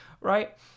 right